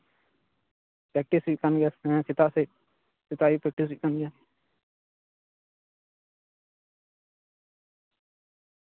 practice ᱦᱩᱭᱩᱜ ᱠᱟᱱ ᱜᱮᱭᱟ ᱜᱮᱸ ᱥᱮᱛᱟᱜ ᱥᱮᱫ ᱥᱮᱛᱟᱜ ᱟᱹᱭᱩᱵ ᱯᱮᱠᱴᱤᱥ ᱦᱩᱭᱩᱜ ᱠᱟᱱᱜᱮᱭᱟ